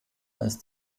ist